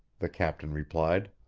the captain replied.